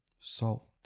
Salt